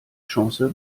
chance